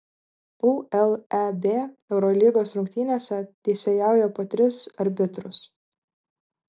uleb eurolygos rungtynėse teisėjauja po tris arbitrus